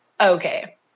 Okay